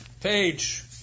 page